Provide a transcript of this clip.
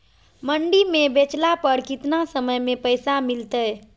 मंडी में बेचला पर कितना समय में पैसा मिलतैय?